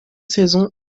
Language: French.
saisons